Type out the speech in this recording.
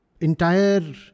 entire